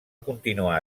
continuar